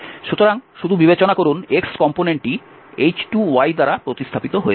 সুতরাং শুধু বিবেচনা করুন x কম্পোনেন্টটি h2দ্বারা প্রতিস্থাপিত হয়েছে